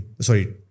sorry